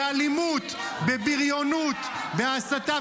באלימות, בבריונות, בהסתה.